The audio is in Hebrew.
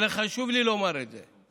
אבל חשוב לי לומר את זה: